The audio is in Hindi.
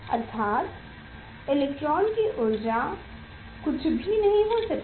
अर्थात इलेक्ट्रॉन की ऊर्जा कुछ भी नहीं हो सकती